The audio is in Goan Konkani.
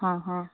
हां हां